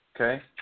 okay